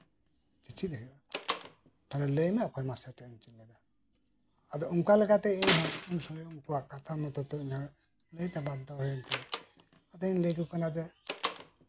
ᱪᱮᱪᱮᱫ ᱦᱩᱭᱩᱜᱼᱟ ᱛᱟᱦᱞᱮ ᱞᱟᱹᱭᱢᱮ ᱚᱠᱚᱭ ᱢᱟᱥᱴᱟᱨ ᱴᱷᱮᱡ ᱮᱢ ᱪᱫ ᱞᱮᱫᱟ ᱟᱫᱚ ᱚᱱᱠᱟ ᱞᱮᱠᱟᱛᱮ ᱤᱧᱦᱚᱸ ᱩᱱᱠᱩᱣᱟᱜ ᱠᱟᱛᱷᱟ ᱞᱮᱠᱟᱛᱮ ᱞᱟᱹᱭᱛᱮ ᱵᱟᱫᱽᱫᱷᱚ ᱦᱩᱭᱮᱱ ᱛᱤᱧᱟ ᱟᱫᱚᱧ ᱞᱟᱹᱭᱟᱠᱚ ᱠᱟᱱᱟ ᱡᱮ